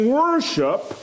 worship